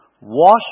Wash